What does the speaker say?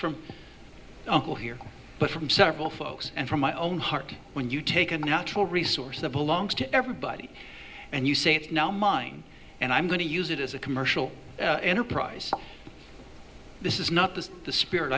from here but from several folks and from my own heart when you take a natural resource that belongs to everybody and you say it's now mine and i'm going to use it as a commercial enterprise this is not just the spirit